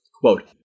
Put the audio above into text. Quote